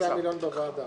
בוועדה.